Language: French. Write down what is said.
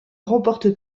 remporte